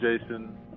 Jason